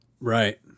right